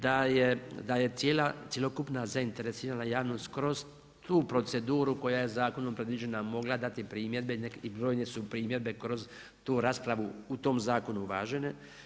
Da je cjelokupna zainteresirana javnost kroz tu proceduru koja je zakonom predviđena mogla dati primjedbe i brojne su primjedbe kroz tu raspravu u tom zakonu uvažene.